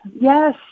Yes